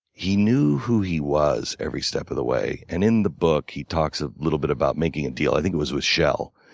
he knew who he was every step of the way. and in the book, he talks a little bit about making a deal. i think it was with shell.